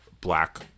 black